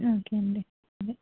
okay అండి సరే